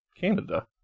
Canada